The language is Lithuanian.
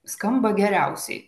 skamba geriausiai